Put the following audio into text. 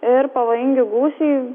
ir pavojingi gūsiai